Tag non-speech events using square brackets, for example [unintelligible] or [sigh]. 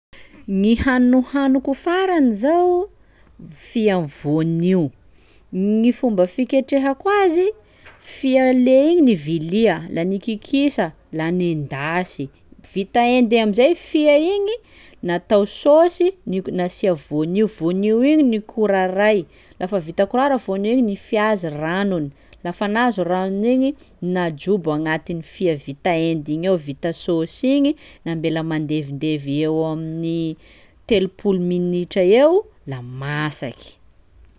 Gny hany nohaniko farany zao, fia amy voanio. Gny fomba fiketrehako azy fia leha igny nivilia, la nikikisa la nendasy, vita hendy am'izay fia igny natao saosy [unintelligible] nasia voanio, voanio igny nikoraray, lafa vita korara voanio igny nifiaza ranony, lafa nazo ranony igny najobo agnatin'ny fia vita hendy igny ao vita saosy igny, nambela mandevindevy eo amin'ny telopolo minitra eo la masaky.